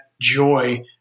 joy